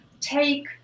take